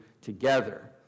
together